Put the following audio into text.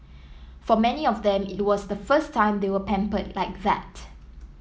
for many of them it was the first time they were pampered like that